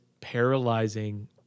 paralyzing